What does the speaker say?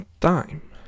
time